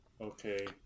Okay